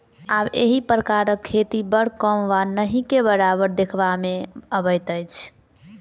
आब एहि प्रकारक खेती बड़ कम वा नहिके बराबर देखबा मे अबैत अछि